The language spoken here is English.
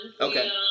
Okay